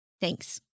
thanks